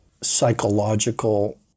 psychological